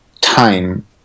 time